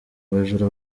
abajura